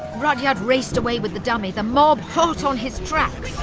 rudyard raced away with the dummy, the mob hot on his tracks!